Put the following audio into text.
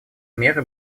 меры